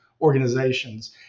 organizations